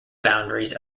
boundaries